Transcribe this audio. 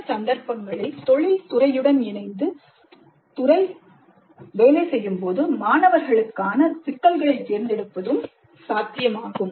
சில சந்தர்ப்பங்களில் தொழில் துறையுடன் இணைந்து துறை மாணவர்களுக்கான சிக்கல்களைத் தேர்ந்தெடுப்பதும் சாத்தியமாகும்